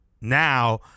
now